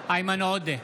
איימן עודה,